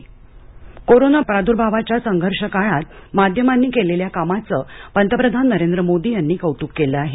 पत्रिका गेट कोरोना प्रद्भावाच्या संघर्ष काळात माध्यमांनी केलेल्या कामाचं पंतप्रधान नरेंद्र मोदी यांनी कौतुक केलं आहे